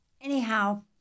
anyhow